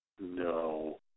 No